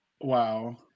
wow